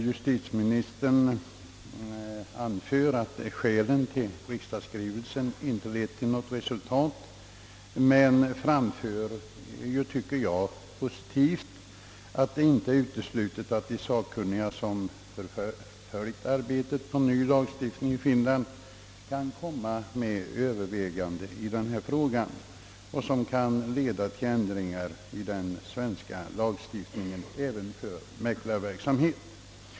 Justitieministern anför skälen till att riksdagsskrivelsen inte har givit något resultat, men — vilket jag uppfattar positivt — finner det inte uteslutet att de sakkunniga, som följt arbetet på en ny lagstiftning i Finland, kan lägga fram överväganden som leder till ändringar även i den svenska lagstiftningen om mäklarverksamhet.